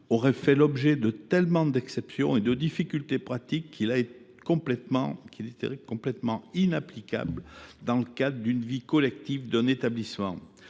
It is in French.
aurait fait l’objet de tant d’exceptions et de difficultés pratiques qu’il aurait été inapplicable dans le cadre de la vie collective d’un établissement.